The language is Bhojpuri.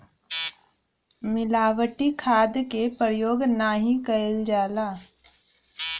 मिलावटी खाद के परयोग नाही कईल जाला